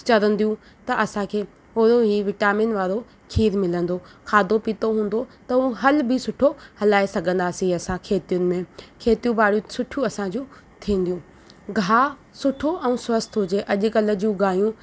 चरन्दियूं त असां खे पोयों हीउ विटामिन वारो खीरु मिलंदो व खाधो पीतो हूंदो त हू हल बि सुठो हलाए सघंदासीं असां खेतियुनि में खेतियूं बाड़ियूं सुठियूं असांजूं थींदियूं ॻाहु सुठो ऐं स्वस्थ हुजे अॼु कल्ह जूं गांयूं